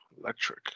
Electric